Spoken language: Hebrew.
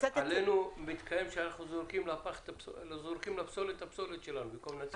עלינו מתקיים שאנחנו זורקים לפסולת את הפסולת שלנו במקום לנצל אותה.